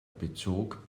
bezog